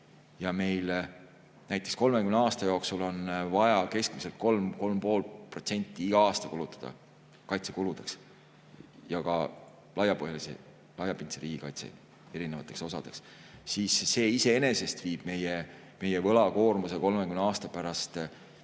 meil on 30 aasta jooksul vaja keskmiselt 3–3,5% iga aasta kulutada kaitsekuludeks ja ka laiapõhjalise, laiapindse riigikaitse erinevatele osadele. Siis see iseenesest viib meie võlakoormuse 30 aasta pärast